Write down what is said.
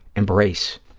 embrace,